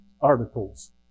articles